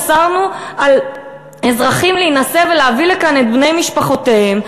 אסרנו על אזרחים להינשא ולהביא לכאן את בני-משפחותיהם,